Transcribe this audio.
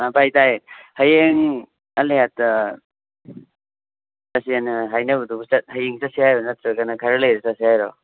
ꯚꯥꯏ ꯇꯥꯏꯌꯦ ꯍꯌꯦꯡ ꯑꯜ ꯍꯥꯌꯥꯠꯇ ꯆꯠꯁꯦꯅ ꯍꯥꯏꯅꯕꯗꯨꯕꯨ ꯆꯠ ꯍꯌꯦꯡ ꯆꯠꯁꯦ ꯍꯥꯏꯔꯣ ꯅꯠꯇ꯭ꯔꯒꯅ ꯈꯔ ꯂꯩꯔ ꯆꯠꯁꯤ ꯍꯥꯏꯔꯣ